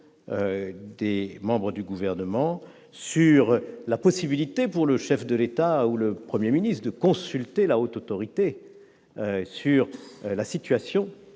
les membres du Gouvernement, sur la possibilité offerte au chef de l'État ou au Premier ministre de consulter la Haute Autorité pour la